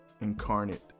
Incarnate